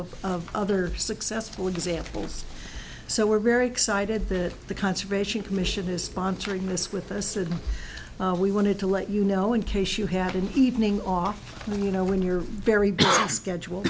show of other successful examples so we're very excited that the conservation commission is sponsoring this with us and we wanted to let you know in case you had an evening off then you know when you're very busy schedule